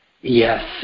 Yes